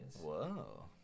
Whoa